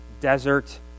desert